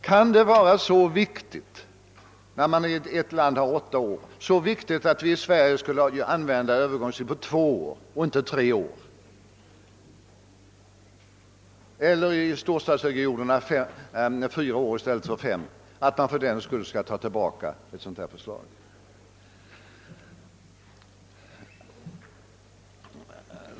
Kan det, när man i ett land enats om åtta år, vara så viktigt att vi skall ha en övergångstid på två i stället för tre år — eller i storstadsregionerna på fyra år i stället för fem — att regeringen fördenskull skall ta tillbaka hela förslaget?